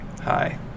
Hi